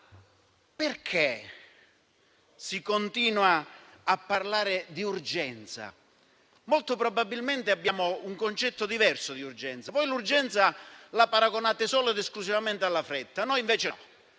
Perché si continua a parlare di urgenza? Molto probabilmente abbiamo un concetto diverso di urgenza. Voi la paragonate solo alla fretta, noi invece la